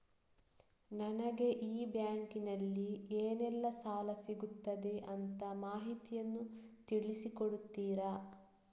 ನನಗೆ ಈ ಬ್ಯಾಂಕಿನಲ್ಲಿ ಏನೆಲ್ಲಾ ಸಾಲ ಸಿಗುತ್ತದೆ ಅಂತ ಮಾಹಿತಿಯನ್ನು ತಿಳಿಸಿ ಕೊಡುತ್ತೀರಾ?